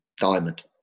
diamond